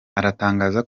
aratangaza